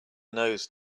nose